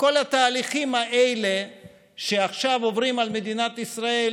כל התהליכים האלה שעכשיו עוברים על מדינת ישראל